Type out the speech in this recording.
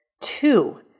Two